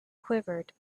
quivered